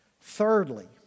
Thirdly